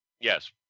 Yes